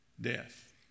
death